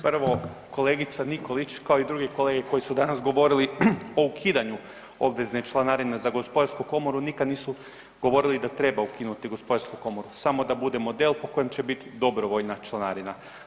Prvo kolegica Nikolić kao i drugi kolege koji su danas govorili o ukidanju obvezne članarine za gospodarsku komoru nikad nisu govorili da treba ukinuti gospodarsku komoru samo da bude model po kojem će biti dobrovoljna članarina.